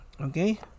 okay